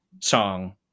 song